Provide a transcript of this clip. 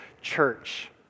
church